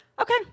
Okay